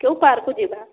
କେଉଁ ପାର୍କକୁ ଯିବା